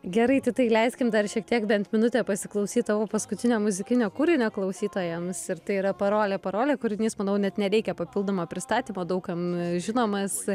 gerai titai leiskim dar šiek tiek bent minutę pasiklausyt tavo paskutinio muzikinio kūrinio klausytojams ir tai yra parolė parolė kūrinys manau net nereikia papildomo pristatymo daug kam žinomas